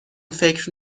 فکر